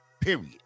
period